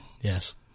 Yes